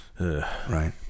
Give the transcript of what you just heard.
Right